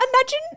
Imagine